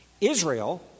Israel